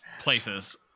Places